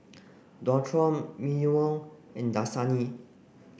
Dualtron Mimeo and Dasani